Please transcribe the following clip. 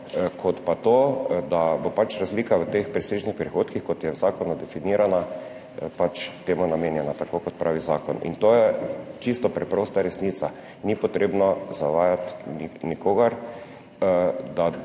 kot pa to, da bo pač razlika v teh presežnih prihodkih, kot je v zakonu definirana, temu namenjena tako, kot pravi zakon. In to je čisto preprosta resnica, ni potrebno zavajati nikogar, da